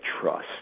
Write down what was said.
trust